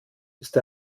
ist